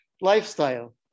lifestyle